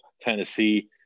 Tennessee